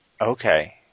Okay